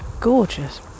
gorgeous